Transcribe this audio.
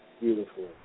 Beautiful